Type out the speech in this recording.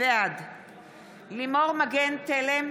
בעד לימור מגן תלם,